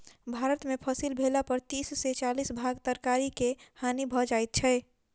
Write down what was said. भारत में फसिल भेला पर तीस से चालीस भाग तरकारी के हानि भ जाइ छै